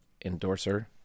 endorser